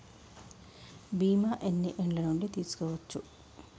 బీమా ఎన్ని ఏండ్ల నుండి తీసుకోవచ్చు?